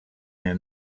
her